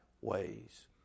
ways